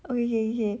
okay K K K